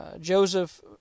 Joseph